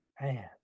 Man